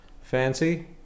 fancy